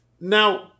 now